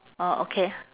orh okay